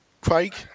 craig